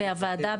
והוועדה,